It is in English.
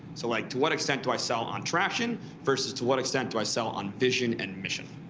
so like to what extent do i sell on traction versus to what extent do i sell on vision and mission?